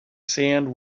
sand